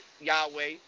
Yahweh